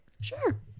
Sure